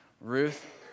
Ruth